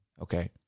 okay